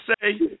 say